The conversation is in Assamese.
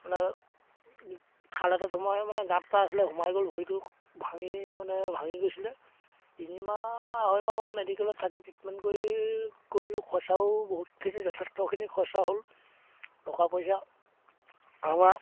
মানে খাল এটাত সোমাই মানে গাঁত এটা আছিলে সোমাই গ'ল ভৰিটো ভাঙি মানে ভাঙি গৈছিলে তিনিমাহ আঢ়ৈমাহ মান মেডিকেলত থাকি ট্ৰিটমেণ্ট কৰি কৰিলোঁ খৰচাও বহুতখিনি যথেষ্টখিনি খৰচা হ'ল টকা পইচা আমাৰ